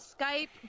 Skype